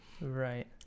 Right